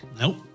nope